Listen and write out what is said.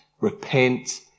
repent